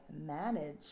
manage